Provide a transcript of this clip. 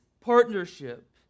partnership